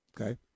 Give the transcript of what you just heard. Okay